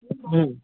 હં